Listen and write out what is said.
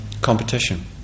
competition